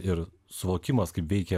ir suvokimas kaip veikia